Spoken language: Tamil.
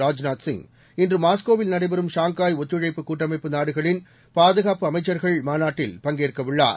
ராஜ் நாத்சிங் இன்றுமாஸ்கோவில்நடைபெறும்ஷாங்காய்ஒத்துழைப்பு கூட்டமைப்புநாடுகளின்பாதுகாப்புஅமைச்சர்கள்மாநாட் டில்பங்கேற்கவுள்ளார்